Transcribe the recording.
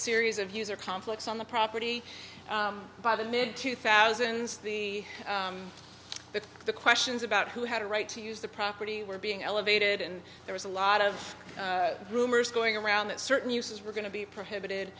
series of user conflicts on the property by the mid two thousand the the questions about who had a right to use the property were being elevated and there was a lot of rumors going around that certain uses were going to be prohibited